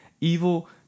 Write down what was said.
evil